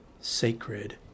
sacred